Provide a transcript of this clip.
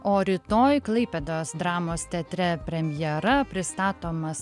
o rytoj klaipėdos dramos teatre premjera pristatomas